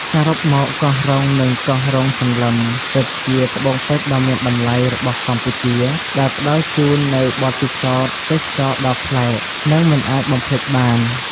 សរុបមក កោះរ៉ុង និងកោះរ៉ុងសន្លឹម ពិតជាត្បូងពេជ្រដ៏មានតម្លៃរបស់កម្ពុជា ដែលផ្តល់ជូននូវបទពិសោធន៍ទេសចរណ៍ដ៏ប្លែក និងមិនអាចបំភ្លេចបាន។